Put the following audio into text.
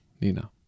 Nina